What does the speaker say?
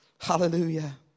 Hallelujah